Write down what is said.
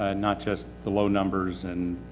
ah not just the low numbers, and,